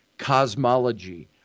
cosmology